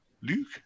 Luke